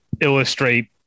illustrate